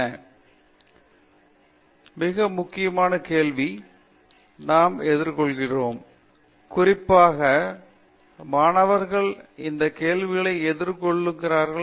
பேராசிரியர் ராஜேஷ் குமார் மிக முக்கியமான கேள்வி நாம் எதிர்கொண்டுள்ளோம் குறிப்பாக மாணவர்கள் இந்த கேள்விகளை எதிர்கொள்கிறார்கள்